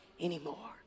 anymore